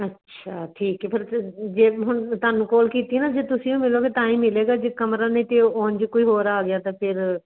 ਅੱਛਾ ਠੀਕ ਹੈ ਪਰ ਜੇ ਹੁਣ ਤੁਹਾਨੂੰ ਕਾਲ ਕੀਤੀ ਨਾ ਜੇ ਤੁਸੀਂ ਮਿਲੋਗੇ ਤਾਂ ਹੀ ਮਿਲੇਗਾ ਜੇ ਕਮਰਾ ਨਹੀਂ ਤਾਂ ਉਂਝ ਜੇ ਕੋਈ ਹੋਰ ਆ ਗਿਆ ਤਾਂ ਫਿਰ